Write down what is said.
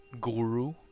guru